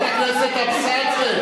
חברת הכנסת אבסדזה.